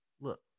Look